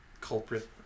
culprit